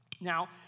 Now